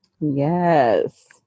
Yes